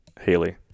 Haley